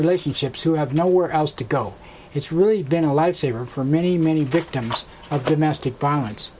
relationships who have nowhere else to go it's really been a lifesaver for many many victims of domestic violence